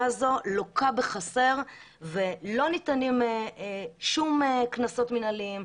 הזו לוקה בחסר ולא ניתנים שום קנסות מנהליים.